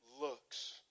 looks